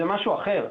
זה משהו אחר.